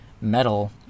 metal